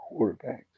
quarterbacks